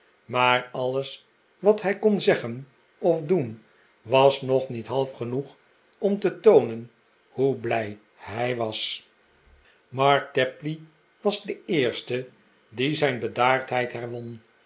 maar alles wat hij kon zeggen of doen was nog niet half genoeg om te toonen hoe blij hij was mark tapley was de eerste die zijn bedaardheid herwon